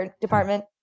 department